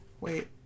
Wait